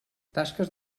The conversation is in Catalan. tasques